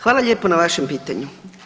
Hvala lijepo na vašem pitanju.